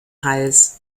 hals